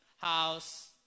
house